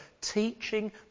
teaching